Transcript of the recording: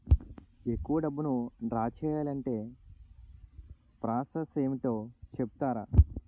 ఎక్కువ డబ్బును ద్రా చేయాలి అంటే ప్రాస సస్ ఏమిటో చెప్తారా?